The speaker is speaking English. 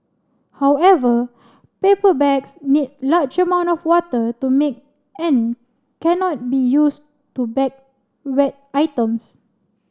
however paper bags need large amount of water to make end cannot be used to bag wet items